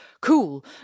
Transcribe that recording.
cool